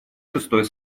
шестой